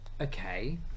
Okay